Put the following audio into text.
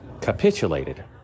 capitulated